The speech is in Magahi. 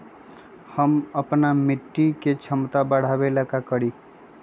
हम अपना मिट्टी के झमता बढ़ाबे ला का करी?